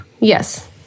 Yes